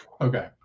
Okay